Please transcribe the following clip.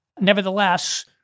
nevertheless